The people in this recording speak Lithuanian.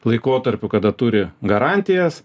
laikotarpiu kada turi garantijas